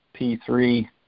P3